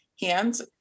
hands